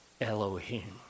Elohim